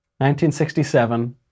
1967